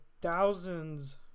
thousands